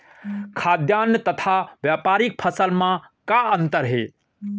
खाद्यान्न तथा व्यापारिक फसल मा का अंतर हे?